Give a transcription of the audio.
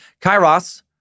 Kairos